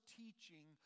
teaching